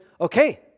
okay